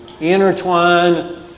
intertwine